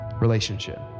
relationship